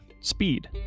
Speed